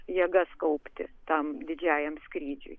jėgas kaupti tam didžiajam skrydžiui